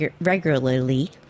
regularly